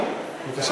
אדוני